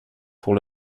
pour